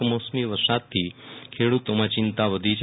કમોસમી વરસાદથી ખેડુતોની ચિંતા વધી છે